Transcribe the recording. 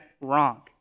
wrong